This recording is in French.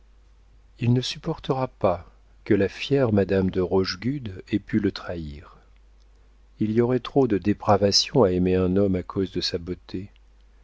il ne supposera pas que la fière madame de rochegude ait pu le trahir il y aurait trop de dépravation à aimer un homme à cause de sa beauté